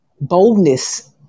boldness